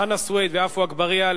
חנא סוייד ועפו אגבאריה,